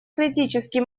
критический